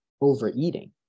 overeating